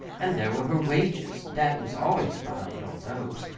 and there were her wages dad was always behind on those.